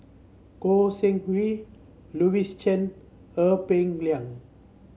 Goi Seng Hui Louis Chen Ee Peng Liang